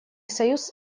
союз